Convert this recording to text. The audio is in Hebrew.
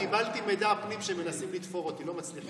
קיבלתי מידע פנים שמנסים לתפור אותי ולא מצליחים.